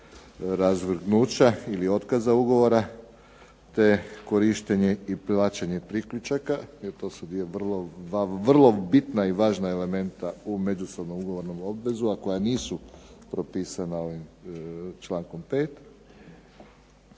razvrgnuća ili otkaza ugovora te korištenje i plaćanje priključaka jer to su dva vrlo bitna i važna elementa u međusobnom ugovornom obvezu, a koja nisu propisana ovim člankom 5.